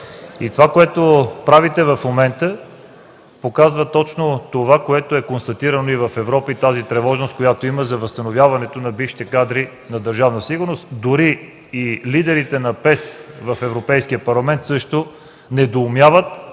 Това, което правите в момента, показва точно това, което е констатирано в Европа и тази тревожност, която има за възстановяване на бившите кадри на Държавна сигурност. Дори и лидерите на ПЕС в Европейския парламент недоумяват